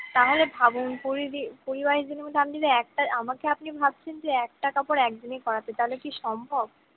তাহলে ভাবুন কুড়ি দিন কুড়ি বাইশ দিনের মধ্যে আপনি তো একটা আমাকে আপনি ভাবছেন যে একটা কাপড় একদিনেই করাতে তাহলে কি সম্ভব